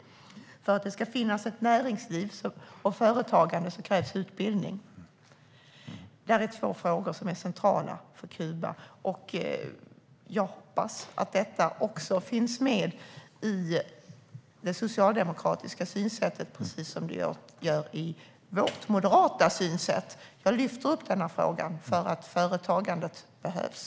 För att det ska finnas ett näringsliv och ett företagande krävs det utbildning. Detta är två frågor som är centrala för Kuba. Jag hoppas att det också finns med i det socialdemokratiska synsättet, precis som det gör i vårt moderata synsätt. Jag vill lyfta upp denna fråga därför att företagandet behövs.